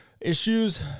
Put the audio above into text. issues